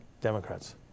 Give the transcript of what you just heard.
Democrats